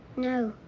no.